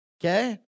Okay